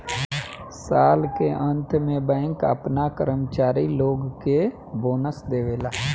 साल के अंत में बैंक आपना कर्मचारी लोग के बोनस देवेला